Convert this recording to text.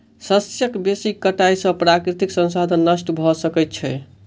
शस्यक बेसी कटाई से प्राकृतिक संसाधन नष्ट भ सकै छै